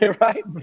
right